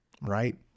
right